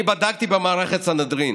בדקתי במערכת סנהדרין,